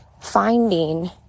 finding